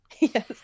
Yes